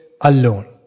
alone